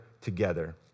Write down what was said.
together